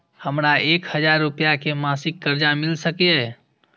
हमरा एक हजार रुपया के मासिक कर्जा मिल सकैये?